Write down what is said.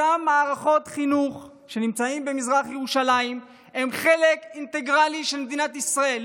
אותן מערכות חינוך שנמצאות במזרח ירושלים הן חלק אינטגרלי ממדינת ישראל.